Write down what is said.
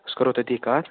أسۍ کَرو تٔتی کتھ